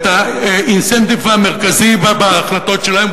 את האינסנטיב המרכזי בהחלטות שלהם,